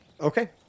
Okay